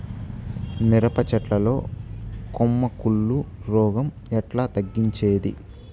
మిరప చెట్ల లో కొమ్మ కుళ్ళు రోగం ఎట్లా తగ్గించేది?